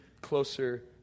closer